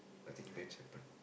I think